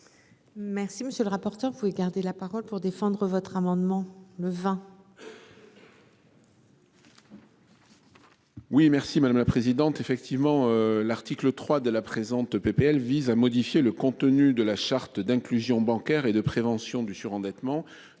monsieur le rapporteur. Vous gardez la parole pour défendre votre amendement le 20. Oui merci madame la présidente, effectivement, l'article 3 de la présente PPL vise à modifier le contenu de la charte d'inclusion bancaire et de prévention du surendettement,